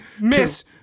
Miss